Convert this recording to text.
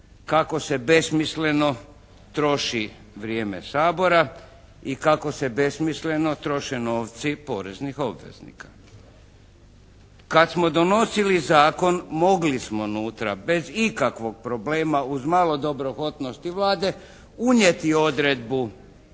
kako se besmisleno troši vrijeme Sabora i kako se besmisleno troše novci poreznih obveznika. Kad smo donosili zakon mogli smo unutra bez ikakvog problema, uz malo dobrohotnosti Vlade unijeti odredbu